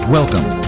Welcome